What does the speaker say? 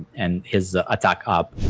and his attack up.